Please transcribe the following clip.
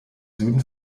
süden